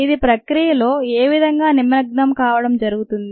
ఇది ప్రక్రియలో ఏవిధంగా నిమగ్నం కావడం జరుగుతుంది